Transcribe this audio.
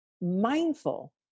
mindful